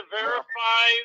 verify